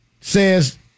says